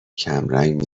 کمرنگ